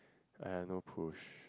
I have no push